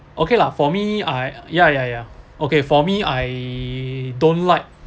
okay lah for me I ya ya ya okay for me I don't like